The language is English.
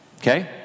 okay